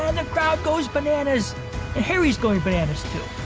and the crowd goes bananas. and harry's going bananas, too.